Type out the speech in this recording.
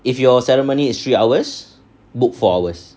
if your ceremony is three hours book four hours